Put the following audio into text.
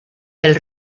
del